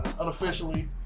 unofficially